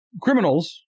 criminals